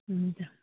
हुन्छ